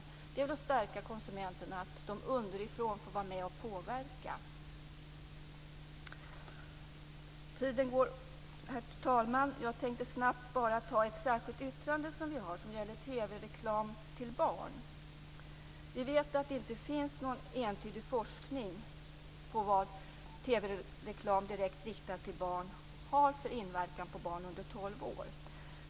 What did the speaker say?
Det är väl att stärka konsumenterna att de underifrån får vara med och påverka? Herr talman! Jag tänkte snabbt nämna vårt särskilda yttrande om TV-reklam till barn. Vi vet att det inte finns någon entydig forskning på vad TV-reklam direkt riktat till barn har för inverkan på barn under 12 år.